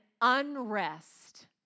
unrest